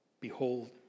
Behold